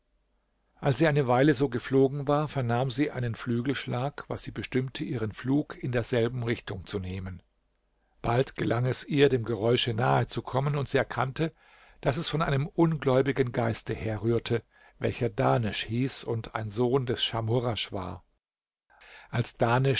als sie eine weile so geflogen war vernahm sie einen flügelschlag was sie bestimmte ihren flug in derselben richtung zu nehmen bald gelang es ihr dem geräusche nahe zu kommen und sie erkannte daß es von einem ungläubigen geiste herrührte welcher dahnesch hieß und ein sohn des schamhurasch war als